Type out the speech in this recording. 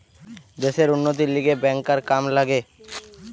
দ্যাশের উন্নতির লিগে ব্যাংকার কাম লাগে